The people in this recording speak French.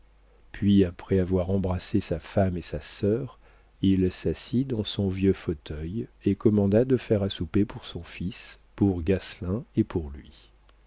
puis après avoir embrassé sa femme et sa sœur il s'assit dans son vieux fauteuil et commanda de faire à souper pour son fils pour gasselin et pour lui